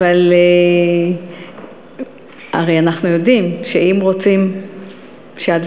אבל הרי אנחנו יודעים שאם רוצים שהדברים